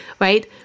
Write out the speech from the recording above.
right